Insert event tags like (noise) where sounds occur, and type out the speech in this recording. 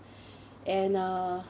(breath) and uh